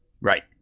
Right